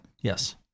Yes